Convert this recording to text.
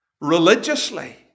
Religiously